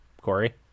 Corey